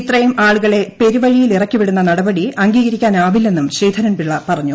ഇത്രയും ആളുക്ക്ള്ള് പെരുവഴിയിലിറക്കിവിടുന്ന നടപടി അംഗീകരിക്കാനാവില്ലെന്നും ശ്രീധരൻപിള്ള പറഞ്ഞു